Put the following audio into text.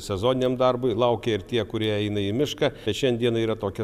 sezoniniam darbui laukia ir tie kurie eina į mišką šiandieną yra tokia